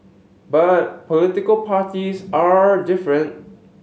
but political parties are different